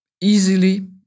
easily